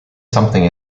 something